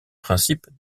principe